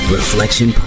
Reflection